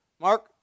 mark